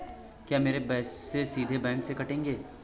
क्या मेरे पैसे सीधे बैंक से कटेंगे?